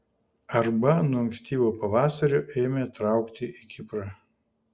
arba nuo ankstyvo pavasario ėmė traukti į kiprą